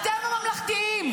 אתם הממלכתיים,